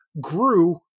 grew